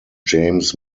james